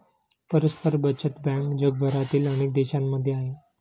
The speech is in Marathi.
परस्पर बचत बँक जगभरातील अनेक देशांमध्ये आहे